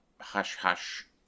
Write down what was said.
hush-hush